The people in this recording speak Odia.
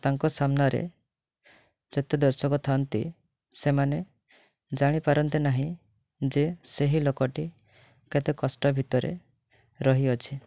ତାଙ୍କ ସାମ୍ନାରେ ଯେତେ ଦର୍ଶକ ଥାଆନ୍ତି ସେମାନେ ଜାଣିପାରନ୍ତି ନାହିଁ ଯେ ସେହି ଲୋକଟି କେତେ କଷ୍ଟ ଭିତରେ ରହିଅଛି